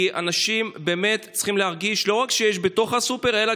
כי אנשים באמת צריכים לא רק להרגיש שיש בתוך הסופר אלא